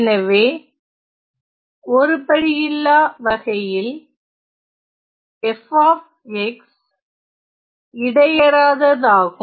எனவே ஒருபடுயில்லா வகையில் f இடையறாததாகும்